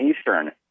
Eastern